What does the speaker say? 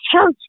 church